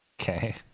Okay